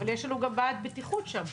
אבל יש לנו גם בעיית בטיחות שם.